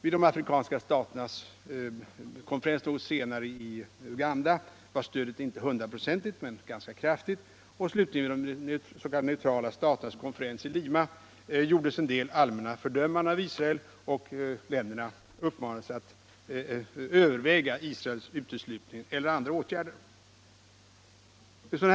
Vid de afrikanska staternas konferens något senare i Uganda var stödet inte hundraprocentigt men ganska kraftigt. Vid de s.k. neutrala staternas konferens i Lima gjordes slutligen en del allmänna fördömanden av Israel, och länderna uppmanades att överväga Israels uteslutning eller andra åtgärder mot Israel.